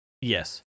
Yes